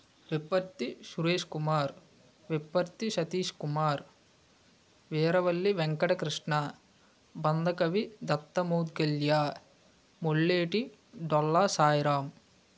Viparthi Suresh Kumar Viparthi Satish Kumar Veeravalli Venkata Krishna Bandakavi Datta Mutkalya Mulleti Dolla Sairam